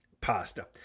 pasta